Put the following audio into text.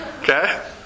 Okay